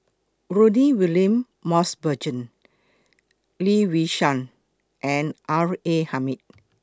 Rudy William Mosbergen Lee Yi Shyan and R A Hamid